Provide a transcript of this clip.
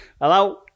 Hello